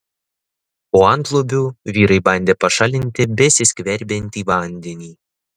po antlubiu vyrai bandė pašalinti besiskverbiantį vandenį